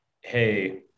hey